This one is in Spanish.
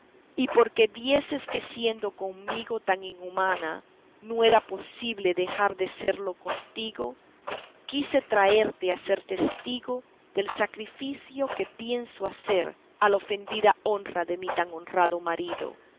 y porque vieses que siendo conmigo tan inhumana no era posible dejar de serlo contigo quise traerte a ser testigo del sacrificio que pienso hacer a la ofendida honra de mi tan honrado marido